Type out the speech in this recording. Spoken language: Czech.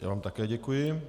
Já vám také děkuji.